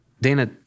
Dana